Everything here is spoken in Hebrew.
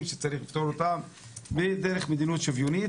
שצריך לפתור אותם דרך מדיניות שוויונית.